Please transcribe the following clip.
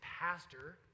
pastor